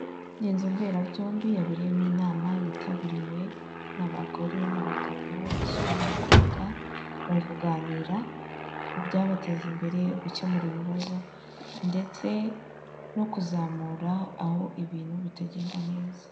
Ni inzu mberabyombi yabereyemo inama yitabiriwe n'abagore, n'abagabo, abasore n'abakobwa. Bari kuganira ku byabateza imbere, gukemura ibibazo ndetse no kuzamura aho ibintu bitagenda neza.